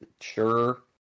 sure